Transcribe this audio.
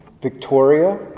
Victoria